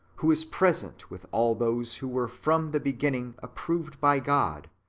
who is present with all those who were from the beginning approved by god,